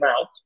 out